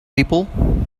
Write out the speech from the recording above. people